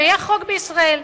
ויהיה חוק בישראל.